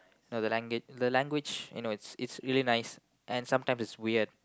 no the language the language you know it's it's really nice and sometimes it's weird